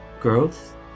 growth